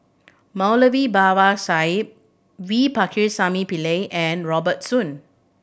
Moulavi Babu Sahib V Pakirisamy Pillai and Robert Soon